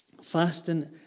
fasting